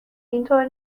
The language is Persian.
اینطور